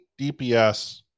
dps